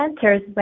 center's